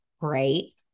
great